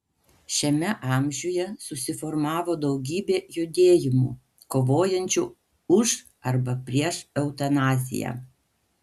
šiame amžiuje susiformavo daugybė judėjimų kovojančių už arba prieš eutanaziją